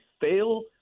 fail